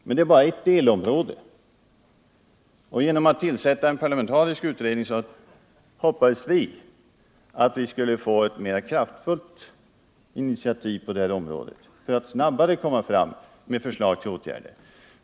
Men det är bara ett delområde, och vi hade hoppats att vi, genom att tillsätta en parlamentarisk utredning, skulle få mera kraftfulla initiativ på det här området och snabbare kunna lägga fram förslag till åtgärder.